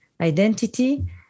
identity